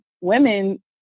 women